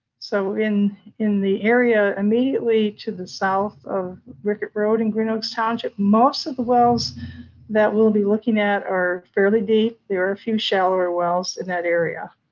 so in in the area immediately to the south of rickett road in green oaks township, most of the wells that we'll be looking at are fairly deep. there are a few shallower wells in that area.